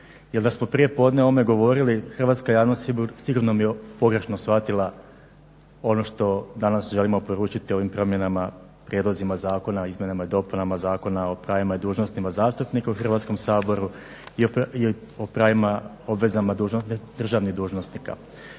jer da smo prijepodne o ovome govorili hrvatska javnost sigurno bi pogrešno shvatila ono što danas želimo poručiti ovim promjenama prijedlozima zakona o izmjenama i dopunama Zakona o pravima i dužnostima zastupnika u Hrvatskom saboru i o pravima i obvezama državnih dužnosnika.